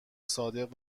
صادق